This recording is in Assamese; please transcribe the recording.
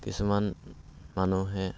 কিছুমান মানুহে